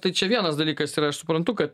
tai čia vienas dalykas ir aš suprantu kad